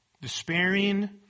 despairing